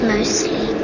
Mostly